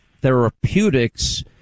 therapeutics